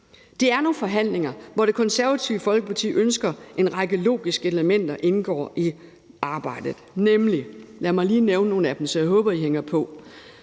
Det er nogle forhandlinger, hvor Det Konservative Folkeparti ønsker, at en række logiske elementer indgår i arbejdet, og lad mig lige nævne nogle af dem, så jeg håber, at I hænger på.